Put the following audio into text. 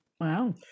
Wow